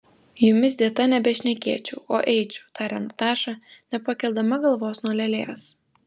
jumis dėta nebešnekėčiau o eičiau tarė nataša nepakeldama galvos nuo lėlės